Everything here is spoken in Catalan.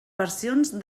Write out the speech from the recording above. versions